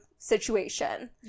situation